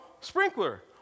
Sprinkler